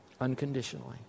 unconditionally